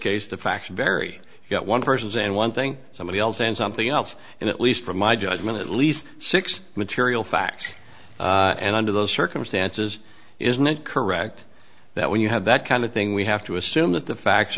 case the facts are very yet one persons and one thing somebody else and something else and at least from my judgment at least six material facts and under those circumstances isn't it correct that when you have that kind of thing we have to assume that the facts